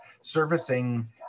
servicing